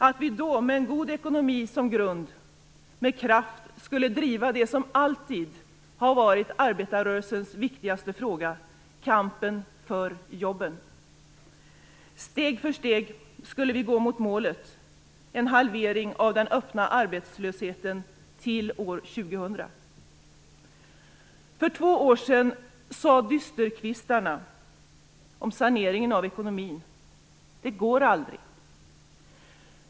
Vi skulle, med en god ekonomi som grund, med kraft driva det som alltid har varit arbetarrörelsens viktigaste fråga: kampen för jobben. Steg för steg skulle vi gå mot målet: en halvering av den öppna arbetslösheten till år 2000. För två år sedan sade dysterkvistarna om saneringen av ekonomin: Det går aldrig.